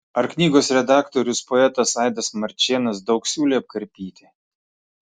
ar knygos redaktorius poetas aidas marčėnas daug siūlė apkarpyti